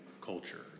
culture